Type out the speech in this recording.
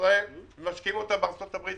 משה ברקת